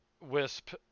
Wisp